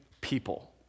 people